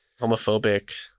homophobic